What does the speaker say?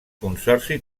consorci